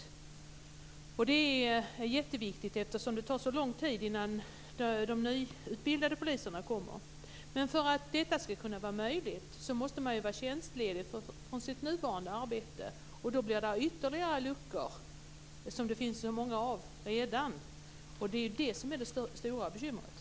Detta är jätteviktigt, eftersom det tar så lång tid innan de nyutbildade poliserna kommer. För att detta ska vara möjligt måste man ju vara tjänstledig från sitt nuvarande arbete. Då blir det ytterligare luckor, som det finns så många av redan. Det är det som är det stora bekymret.